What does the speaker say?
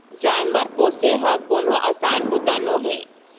जानवर पोसे हर कोनो असान बूता नोहे